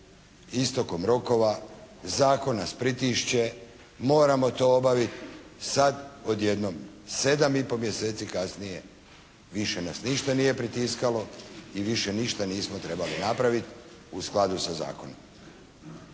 istokom rokova, zakon nas pritišće, moramo to obaviti. Sada odjednom sedam i pol mjeseci kasnije više nas ništa nije pritiskalo i više ništa nismo trebali napraviti u skladu sa zakonom.